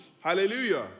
hallelujah